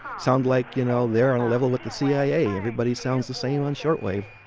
sound like you know they're on level with the cia. everybody sounds the same on shortwave